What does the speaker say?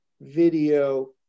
video